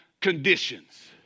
conditions